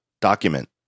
document